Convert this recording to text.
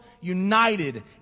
united